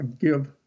give